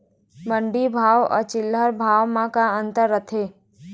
मंडी भाव अउ चिल्हर भाव म का अंतर रथे?